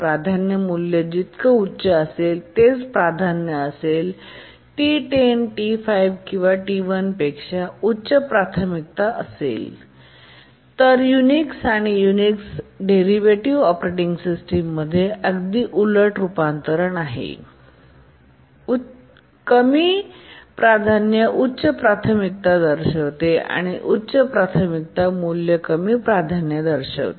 प्राधान्य मूल्य जितके उच्च असेल तेच प्राधान्य असेल तर T10 T5 किंवा T1पेक्षा उच्च प्राथमिकता असेल तर युनिक्स आणि युनिक्स डेरिव्हेटिव्ह ऑपरेटिंग सिस्टममध्ये अगदी उलट रूपांतरण आहे कमी प्राधान्य उच्च प्राथमिकता दर्शवते आणि उच्च प्राथमिकता मूल्य कमी प्राधान्य दर्शवते